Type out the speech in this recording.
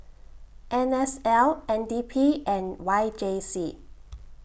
N S L N D P and Y J C